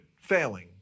failing